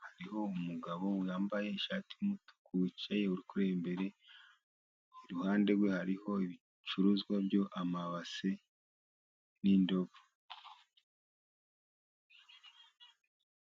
hariho umugabo wambaye ishati y'umutuku wicaye imbere, iruhande rwe hariho ibicuruzwa amabase n'indobo.